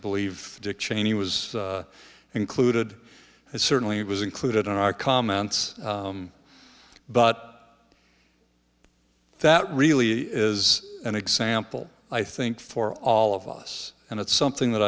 believe dick cheney was included and certainly was included in our comments but that really is an example i think for all of us and it's something that